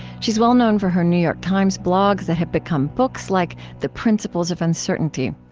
she is well known for her new york times blogs that have become books, like the principles of uncertainty.